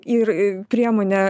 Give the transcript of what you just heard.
ir priemonę